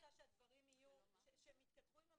פשוט רוצה שהדברים יתכתבו עם המציאות.